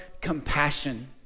compassion